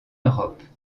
europe